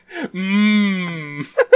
Mmm